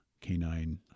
canine